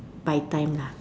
by time lah